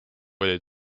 oli